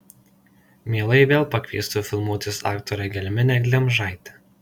mielai vėl pakviestų filmuotis aktorę gelminę glemžaitę